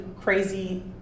crazy